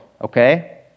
okay